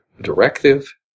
directive